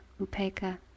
upeka